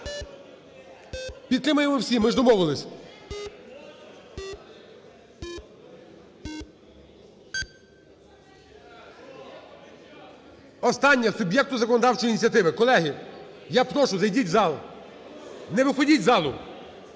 Підтримуємо всі, ми ж домовились. 13:59:31 За-216 Останнє – суб'єкту законодавчої ініціативи. Колеги, я прошу, зайдіть в зал. Не виходіть з залу.